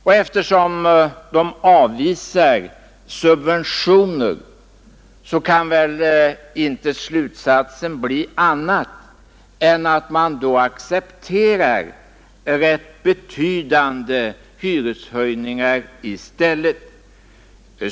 Och eftersom de avvisar tanken på subventioner kan väl slutsatsen inte bli någon annan än att man då accepterar rätt betydande hyreshöjningar i stället.